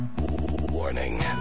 Warning